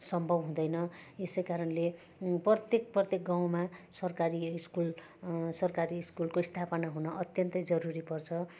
सम्भव हुँदैन यसै कारणले प्रत्येक प्रत्येक गाउँमा सरकारी स्कुल सरकारी स्कुलको स्थापना हुन अत्यन्तै जरुरी पर्छ